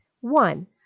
one